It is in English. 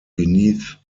beneath